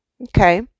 Okay